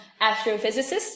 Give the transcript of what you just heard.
astrophysicist